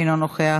אינו נוכח,